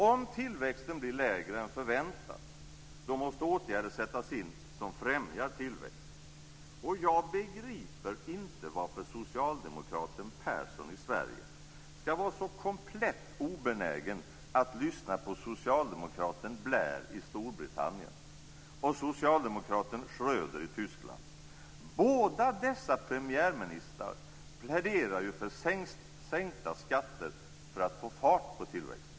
Om tillväxten blir lägre än förväntat, då måste åtgärder sättas in som främjar tillväxt. Och jag begriper inte varför socialdemokraten Persson i Sverige skall vara så komplett obenägen att lyssna på socialdemokraten Blair i Storbritannien och socialdemokraten Schröder i Tyskland. Båda dessa premiärministrar pläderar ju för sänkta skatter för att få fart på tillväxten.